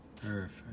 Perfect